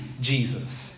Jesus